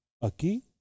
Aquí